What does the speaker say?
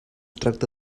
tracta